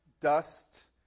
dust